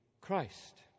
Christ